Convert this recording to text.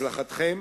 הצלחתכם